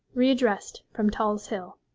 readdressed from tulse hill.